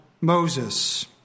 Moses